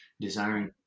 Desiring